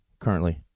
currently